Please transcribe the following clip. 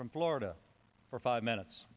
from florida for five minutes